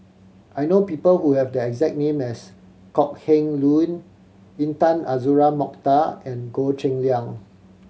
I know people who have the exact name as Kok Heng Leun Intan Azura Mokhtar and Goh Cheng Liang